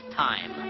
time